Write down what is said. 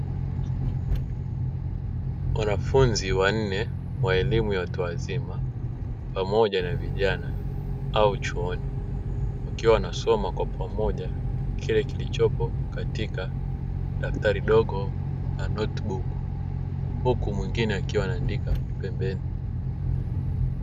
Wanafunzi wanne wa elimu ya watu wazima, pamoja na vijana, wapo chuoni wakiwa wanasoma kwa pamoja kile kilichopo katika daftari dogo na ''notebook'', huku mwingine akiwa anaandika pembeni.